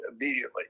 immediately